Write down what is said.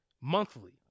monthly